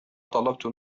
طلبت